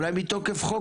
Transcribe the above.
אולי מתוקף חוק,